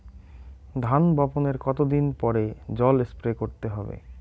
ধান বপনের কতদিন পরে জল স্প্রে করতে হবে?